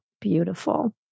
beautiful